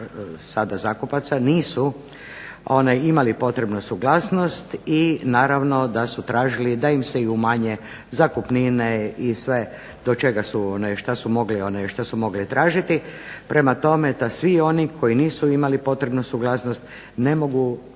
sada zakupaca nisu imali potrebnu suglasnost i naravno da su tražili da im se i umanje zakupnine i sve do čega su, što su mogli tražiti. Prema tome, da svi oni koji nisu imali potrebnu suglasnost ne mogu